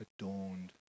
adorned